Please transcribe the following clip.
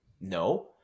No